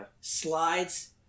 slides